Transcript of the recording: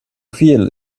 feel